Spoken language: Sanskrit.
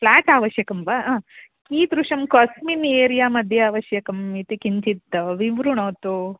फ़्लाट् आवश्यकं वा कीदृशं कस्मिन् एरियामध्ये आवश्यकम् इति किञ्चित् विवृणोतु